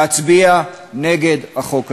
להצביע נגד החוק הזה.